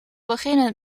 beginnen